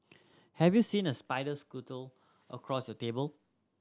have you seen a spider scuttle across your table